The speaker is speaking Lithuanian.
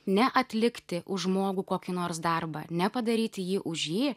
ne atlikti už žmogų kokį nors darbą ne padaryti jį už jį